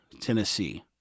Tennessee